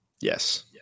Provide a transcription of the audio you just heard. Yes